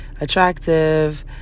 attractive